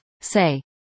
say